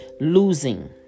losing